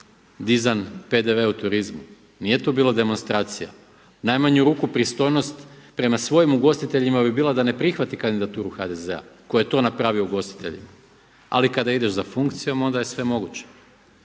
dizan PDV u turizmu, nije tu bilo demonstracija. U najmanju ruku pristojnost prema svojim ugostiteljima bi bila da ne prihvati kandidaturu HDZ-a koji je to napravio ugostiteljima, ali kada ideš za funkcijom onda je sve moguće.